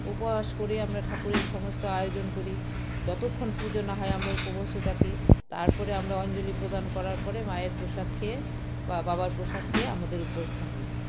উপবাস করে আমরা ঠাকুরের সমস্ত আয়োজন করি যতক্ষণ পুজো না হয় আমরা উপবাসে থাকি তারপরে আমরা অঞ্জলি প্রদান করার পরে মায়ের প্রসাদ খেয়ে বা বাবার প্রসাদ খেয়ে আমাদের উপোস ভাঙি